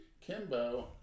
Kimbo